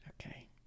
Okay